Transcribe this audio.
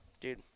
Dude